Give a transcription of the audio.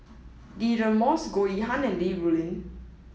Deirdre Moss Goh Yihan and Li Rulin